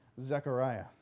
Zechariah